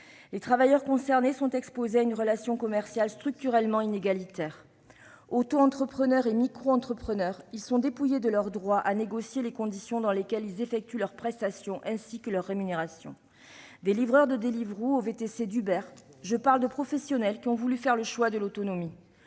les travailleurs concernés sont exposés à une relation commerciale structurellement inégalitaire. Auto-entrepreneurs et micro-entrepreneurs sont dépouillés de leur droit à négocier les conditions dans lesquelles ils effectuent leurs prestations ainsi que leurs rémunérations. Je parle des professionnels qui ont voulu faire le choix de l'autonomie,